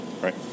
Right